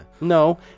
No